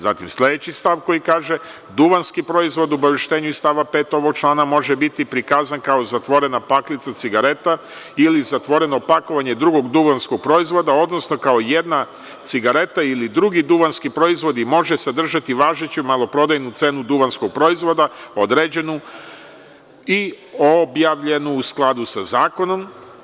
Zatim, sledeći stav koji kaže – duvanski proizvod u obaveštenju iz stava 5. ovog člana može biti prikazan kao zatvorena paklica cigareta ili zatvoreno pakovanje drugog duvanskog proizvoda, odnosno kao jedna cigareta ili drugi duvanski proizvod i može sadržati važeću maloprodajnu cenu duvanskog proizvoda određenu i objavljenu u skladu sa zakonom.